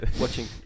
watching